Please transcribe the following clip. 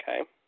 okay